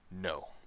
No